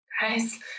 guys